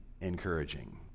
encouraging